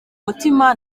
mutima